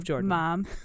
mom